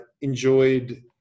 enjoyed